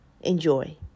Enjoy